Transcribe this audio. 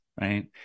right